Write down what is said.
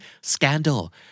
scandal